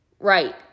Right